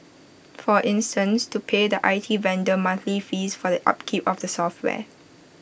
for instance to pay the I T vendor monthly fees for the upkeep of the software